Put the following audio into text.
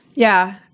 yeah,